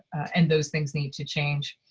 and those things need to change.